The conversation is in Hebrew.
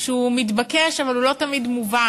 שהוא מתבקש, אבל הוא לא תמיד מובן: